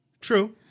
true